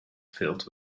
filled